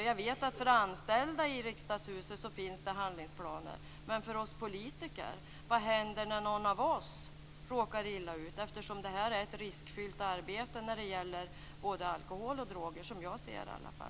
Jag vet att det finns handlingsplaner för anställda i riksdagshuset. Men vad händer när någon av oss politiker råkar illa ut? Detta är ett riskfyllt arbete när det gäller både alkohol och droger.